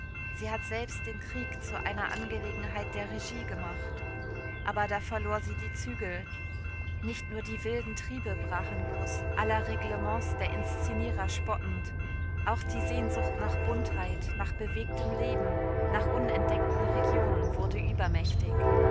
sie hat selbst den krieg zu einer angelegenheit der regie gemacht aber da verlor sie die zügel nicht nur die wilden triebe brachen los aller reglements der inszenierer spottend auch die sehnsucht nach buntheit nach bewegtem leben nach unentdeckten regionen wurde übermächtig